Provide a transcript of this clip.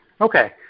Okay